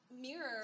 mirror